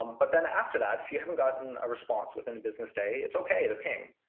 um but then after that, if you haven't gotten a response within a business day, it's ok to ping.